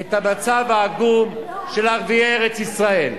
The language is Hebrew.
על המצב העגום של ערביי ארץ-ישראל.